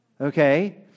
okay